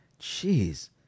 Jeez